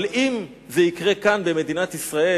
אבל אם זה יקרה כאן במדינת ישראל,